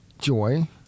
joy